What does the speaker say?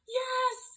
yes